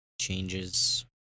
changes